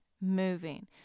moving